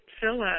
Philip